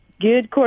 good